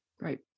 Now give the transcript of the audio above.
Right